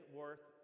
worth